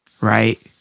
Right